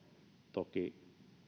toki